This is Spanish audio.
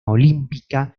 olímpica